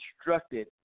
instructed